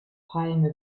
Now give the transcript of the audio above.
palme